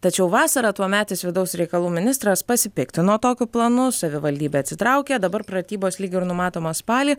tačiau vasarą tuometis vidaus reikalų ministras pasipiktino tokiu planu savivaldybė atsitraukė dabar pratybos lyg ir numatomos spalį